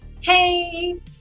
hey